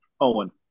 Owen